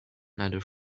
another